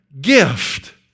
gift